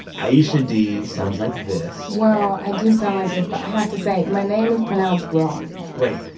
aisha dee sounds like this well, i do sound like this, but i have to say my name is pronounced wrong wait.